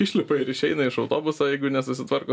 išlipa ir išeina iš autobuso jeigu nesusitvarko